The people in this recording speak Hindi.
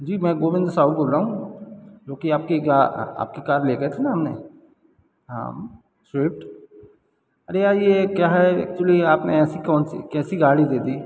जी मैं गोविंद साहू बोल रहा हूँ जो कि आपकी आपकी कार ले गए थे ना हमने हाँ स्विफ्ट अरे यार ये क्या है एक्चुली आपने ऐसी कौन सी कैसी गाड़ी दे दी